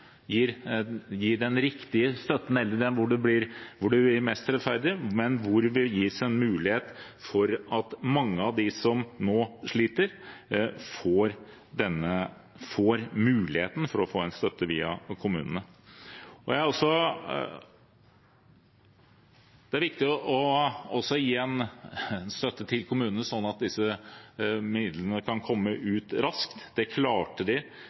gir den riktige støtten, eller der det blir mest rettferdig, men der mange av de som nå sliter, får muligheten til å få en støtte via kommunene. Det er også viktig å gi støtte til kommunene slik at disse midlene kan komme ut raskt. Det klarte de